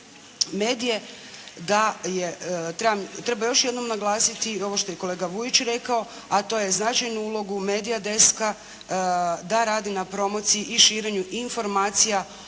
Da, treba još jedanput naglasiti ovo što je i kolega Vujić rekao, a to je značajnu ulogu MEDIA Deska da radi na promociji i širenju informacija